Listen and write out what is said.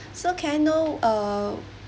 so can I know uh